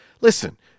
Listen